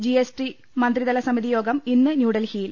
GST മന്ത്രിതലുസമിതിയോഗം ഇന്ന് ന്യൂഡൽഹിയിൽ